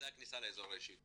לאזור האישי,